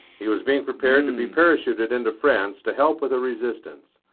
he was being prepared to be parachuted into france to help with the resistance.